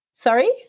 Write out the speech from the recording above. Sorry